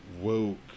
woke